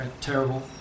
terrible